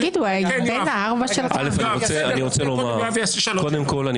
--- קודם כול,